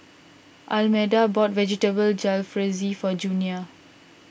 Almeda bought Vegetable Jalfrezi for Junia